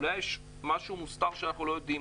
אולי יש משהו מוסתר שאנחנו לא יודעים,